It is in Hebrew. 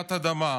רעידת אדמה.